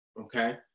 Okay